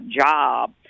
job